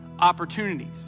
opportunities